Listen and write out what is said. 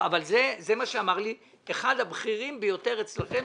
זה מה שאמר לי אחד הבכירים ביותר אצלכם,